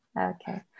okay